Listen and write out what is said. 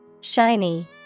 shiny